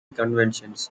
conventions